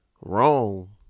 wrong